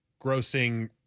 grossing